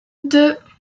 deux